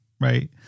right